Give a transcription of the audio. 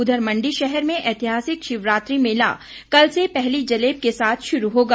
उधर मंडी शहर में ऐतिहासिक शिवरात्रि मेला कल से पहली जलेब के साथ शुरू होगा